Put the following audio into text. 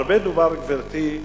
הרבה דובר, גברתי,